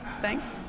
Thanks